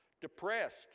depressed